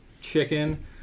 chicken